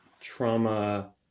trauma